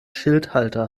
schildhalter